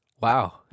Wow